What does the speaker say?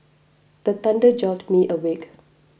the thunder jolt me awake